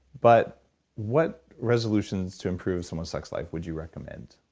but what resolutions to improve someone's sex life would you recommend?